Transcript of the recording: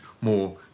more